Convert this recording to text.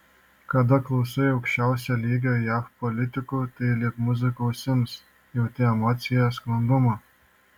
kada klausai aukščiausio lygio jav politikų tai lyg muzika ausims jauti emociją sklandumą